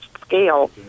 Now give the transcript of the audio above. scale